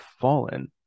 fallen